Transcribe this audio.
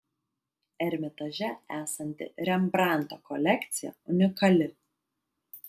ermitaže esanti rembrandto kolekcija unikali